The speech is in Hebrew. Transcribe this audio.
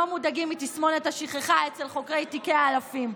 מודאגים מתסמונת השכחה אצל חוקרי תיקי האלפים.